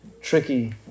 tricky